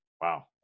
Wow